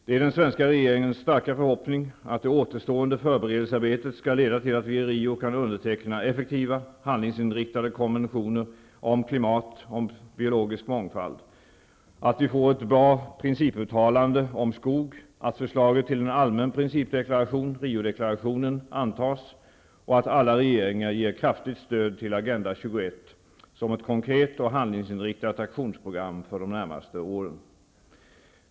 Det är den svenska regeringens starka förhoppning att det återstående förberedelsearbetet skall leda till att vi i Rio kan underteckna effektiva, handlingsinriktade konventioner om klimat och om biologisk mångfald, att vi får ett bra principuttalande om skog, att förslaget till en allmän principdeklaration -- Riodeklarationen -- antas och att alla regeringar ger kraftigt stöd till Agenda 21, som ett konkret och handlingsinriktat aktionsprogram för de närmaste åren.